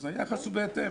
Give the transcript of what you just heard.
אז היחס הוא בהתאם.